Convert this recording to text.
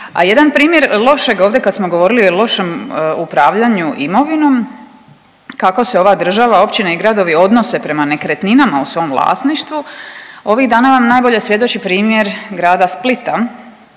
A jedan primjer lošeg, ovdje kad smo govorili o lošem upravljanju imovinom kako se ova država, općine i gradovi odnose prema nekretninama u svom vlasništvu ovih vam dana najbolje svjedoči primjer grada Splita